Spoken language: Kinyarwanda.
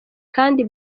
kandi